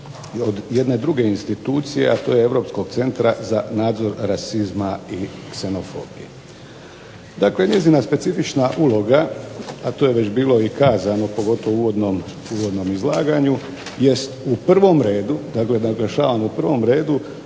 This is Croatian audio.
od jedne druge institucije, a to je europskog Centra za nadzor rasizma i ksenofobije. Dakle, njezina specifična uloga, a to je već bilo i kazano pogotovo u uvodnom izlaganju jest u prvom redu, dakle naglašavam u prvom redu